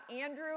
Andrew